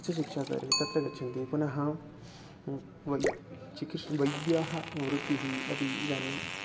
उच्चशिक्षास्तरे तत्र गच्छन्ति पुनः वै चिकित्सा वैद्याः वृतिः अपि इदानीं